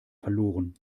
verloren